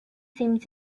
seemed